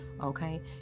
okay